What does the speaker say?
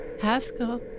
Haskell